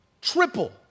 triple